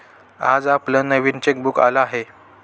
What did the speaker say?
आज आपलं नवीन चेकबुक आलं आहे